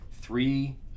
three